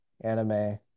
anime